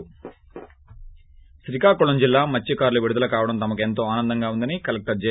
break Srikakulam జిల్లా మత్స్వకారులు విడుదల కావడం తమకు ఎంతో ఆనందంగా ఉందని కలెక్లర్ జె